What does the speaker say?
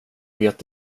vet